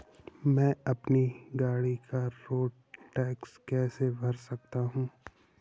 मैं अपनी गाड़ी का रोड टैक्स कैसे भर सकता हूँ?